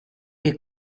che